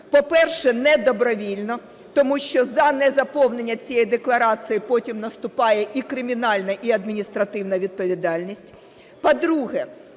По-перше, не добровільно, тому що за незаповнення цієї декларації потім наступає і кримінальна, і адміністративна відповідальність. По-друге,